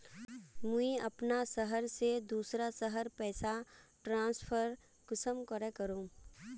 मुई अपना शहर से दूसरा शहर पैसा ट्रांसफर कुंसम करे करूम?